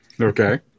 okay